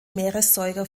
meeressäuger